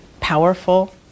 powerful